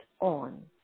on